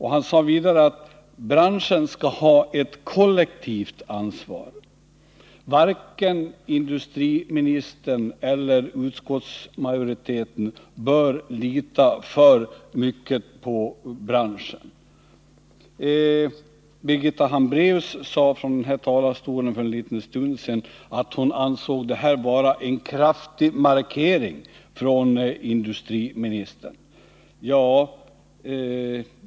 Han sade vidare att branschen skall ha ett kollektivt ansvar, men att varken industriministern eller utskottsmajoriteten bör lita för mycket på branschen. Birgitta Hambraeus sade nyss i talarstolen att hon ansåg detta vara en kraftig markering från industriministerns sida.